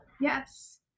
Yes